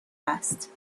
است